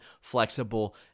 flexible